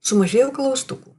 sumažėjo klaustukų